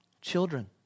children